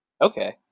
okay